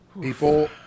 People